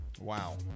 Wow